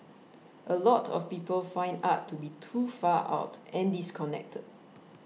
a lot of people find art to be too far out and disconnected